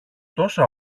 τόσα